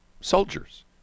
soldiers